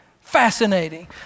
Fascinating